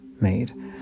made